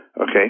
okay